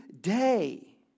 day